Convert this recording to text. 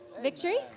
Victory